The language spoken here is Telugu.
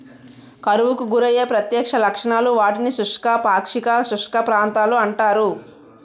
కరువుకు గురయ్యే ప్రత్యక్ష లక్షణాలు, వాటిని శుష్క, పాక్షిక శుష్క ప్రాంతాలు అంటారు